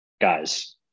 Guys